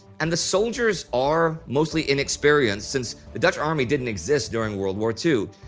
and the soldiers are mostly inexperienced since the dutch army didn't exist during world war two.